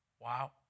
Wow